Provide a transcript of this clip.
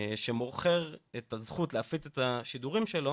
שמוכר את הזכות להפיץ את השידורים שלו